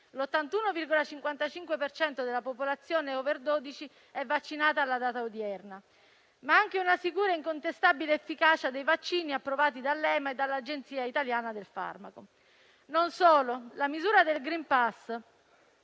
percento della popolazione *over* 12 è vaccinata), ma anche una sicura e incontestabile efficacia dei vaccini approvati dall'EMA e dall'Agenzia italiana del farmaco. Non solo, la misura del *green pass*